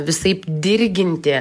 visaip dirginti